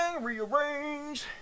Rearrange